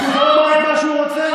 זכותו לומר את מה שהוא רוצה.